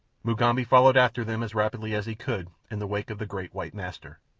mugambi followed after them as rapidly as he could in the wake of the great white master.